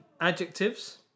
adjectives